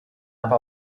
aber